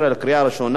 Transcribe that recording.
רק רגע,